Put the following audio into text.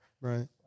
right